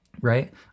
right